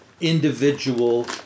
individual